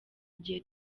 igihe